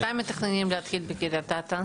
מתי מתכננים להתחיל בקריית אתא?